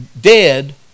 dead